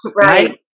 Right